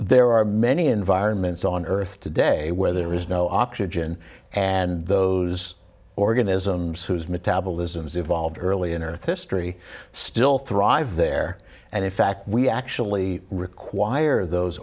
there are many environments on earth today where there was no oxygen and those organisms whose metabolisms evolved early in earth history still thrive there and in fact we actually require those